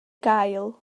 gael